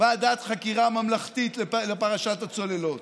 ועדת חקירה ממלכתית לפרשת הצוללות.